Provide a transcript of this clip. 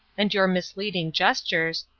and your misleading gestures,